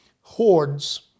hordes